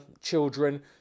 children